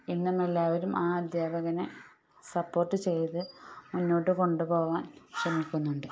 ഇന്നും എല്ലാവരും ആ അദ്ധ്യാപകനെ സപ്പോർട്ട് ചെയ്ത് മുന്നോട്ട് കൊണ്ടു പോകാൻ ശ്രമിക്കുന്നുണ്ട്